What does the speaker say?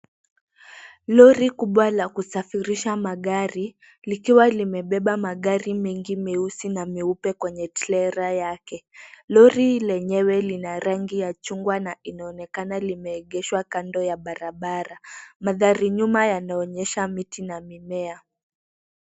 Lori kubwa la kusafirisha magari likiwa limebeba magari mengi meusi na meupe kwenye trela yake. Lori lenyewe lina rangi ya chungwa na inaonekana limeengeshwa kando ya barabara. Mandhari nyuma yanaonyesha miti na mimea.